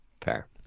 Fair